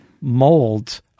molds